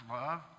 love